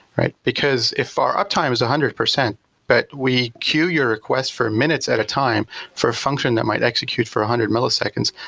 right? because if our uptime is a hundred percent but we queue your request for minutes at a time for a function that might execute for a hundred milliseconds,